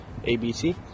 ABC